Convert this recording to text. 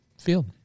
field